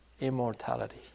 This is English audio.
immortality